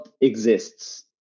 exists